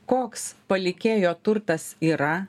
koks palikėjo turtas yra